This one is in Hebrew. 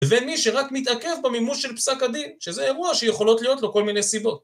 לבין מי שרק מתעכב במימוש של פסק הדין, שזה אירוע שיכולות להיות לו כל מיני סיבות.